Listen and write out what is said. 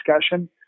discussion